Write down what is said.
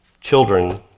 children